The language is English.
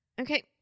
Okay